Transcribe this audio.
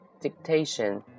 Dictation